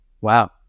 Wow